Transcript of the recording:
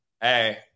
Hey